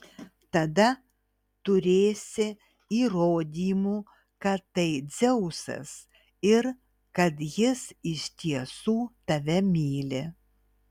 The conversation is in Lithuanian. tada turėsi įrodymų kad tai dzeusas ir kad jis iš tiesų tave myli